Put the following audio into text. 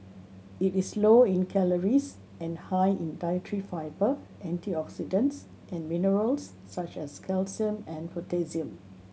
it is low in calories and high in dietary fibre antioxidants and minerals such as calcium and potassium